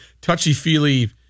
touchy-feely